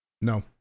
No